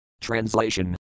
Translation